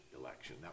election